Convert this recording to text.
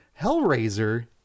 Hellraiser